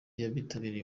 y’abitabiriye